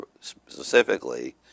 specifically